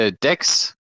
decks